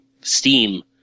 steam